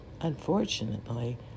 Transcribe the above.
unfortunately